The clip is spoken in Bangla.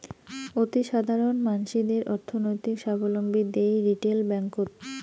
অতিসাধারণ মানসিদের অর্থনৈতিক সাবলম্বী দিই রিটেল ব্যাঙ্ককোত